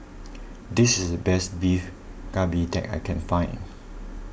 this is the best Beef Galbi that I can find